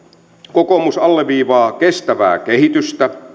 kokoomus alleviivaa kestävää kehitystä